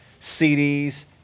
CDs